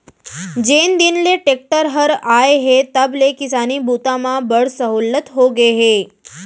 जेन दिन ले टेक्टर हर आए हे तब ले किसानी बूता म बड़ सहोल्लत होगे हे